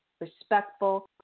respectful